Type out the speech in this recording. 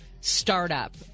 startup